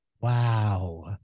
Wow